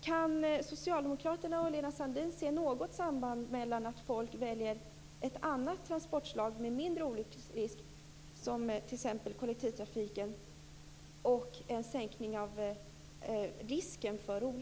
Kan socialdemokraterna och Lena Sandlin se något samband mellan att folk väljer ett annat transportslag med mindre olycksrisk, t.ex. kollektivtrafik, och en minskning av risken för olyckor?